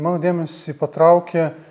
mano dėmesį patraukė